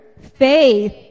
faith